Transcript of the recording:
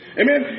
amen